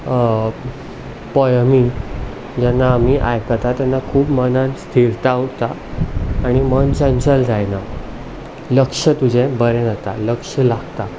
पोयमी जेन्ना आमी आयकता तेन्ना खूब मनांत स्थीरता उरता आनी मन चंचल जायना लक्ष तुजें बरें जाता लक्ष लागता